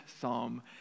psalm